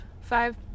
Five